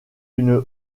une